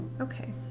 Okay